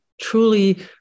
truly